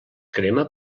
crema